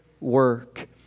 work